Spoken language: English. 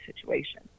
situation